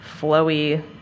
flowy